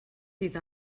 iddo